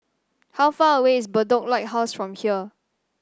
how far away is Bedok Lighthouse from here